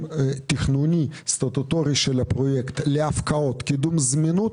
תכנוני סטטוטורי של הפרויקט להפקעות קידום זמינות?